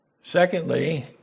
Secondly